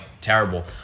terrible